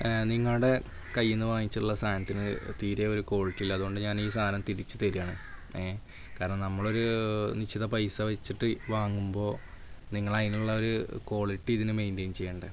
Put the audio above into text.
നിങ്ങളുടെ കയ്യിൽ നിന്ന് വാങ്ങിച്ചിട്ടുള്ള സാധനത്തിന് തീരെ ഒരു ക്വാളിറ്റിയില്ല അതുകൊണ്ട് ഞാനീ സാധനം തിരിച്ച് തരികയാണ് ഏ കാരണം നമ്മളൊരു നിശ്ചിത പൈസ വെച്ചിട്ട് വാങ്ങുമ്പോൾ നിങ്ങളതിനുള്ളൊരു ക്വാളിറ്റി ഇതിനു മെയിൻറ്റെൻ ചെയ്യണ്ടേ